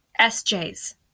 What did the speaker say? SJs